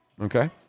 Okay